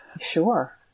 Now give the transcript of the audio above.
Sure